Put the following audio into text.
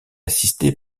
assistés